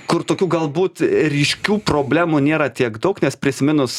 kur tokių galbūt ryškių problemų nėra tiek daug nes prisiminus